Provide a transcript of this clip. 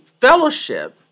fellowship